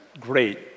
great